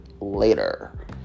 later